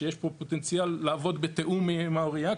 שיש פה פוטנציאל לעבוד בתיאום עם העירייה,